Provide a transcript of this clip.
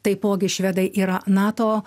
taipogi švedai yra nato